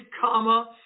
comma